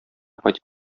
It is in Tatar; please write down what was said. кайтып